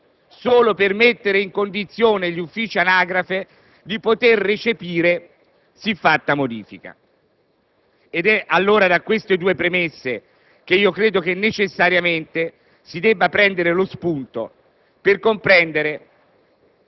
solo per mettere in condizione gli uffici Anagrafe di poter recepire siffatta modifica. Credo che da queste due premesse si debba necessariamente prendere lo spunto per comprendere